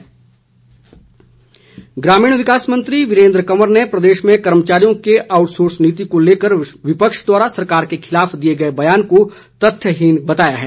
वीरेन्द्र कंवर ग्रामीण विकास मंत्री वीरेन्द्र कंवर ने प्रदेश में कर्मचारियों की आउटसोर्स नीति को लेकर विपक्ष द्वारा सरकार के खिलाफ दिए गए बयान को तथ्यहीन बताया है